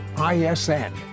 ISN